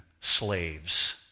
slaves